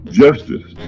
justice